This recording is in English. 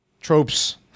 tropes